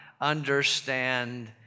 understand